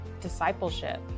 discipleship